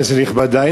כנסת נכבדה,